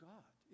God